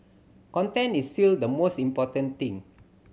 content is still the most important thing